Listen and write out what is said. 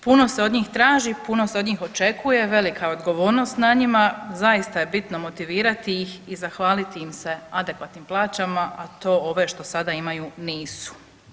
Puno se od njih traži, puno se od njih očekuje, velika je odgovornost na njima zaista je bitno motivirati ih i zahvaliti im se adekvatnim plaćama, a to ovo što sada imaju nisu.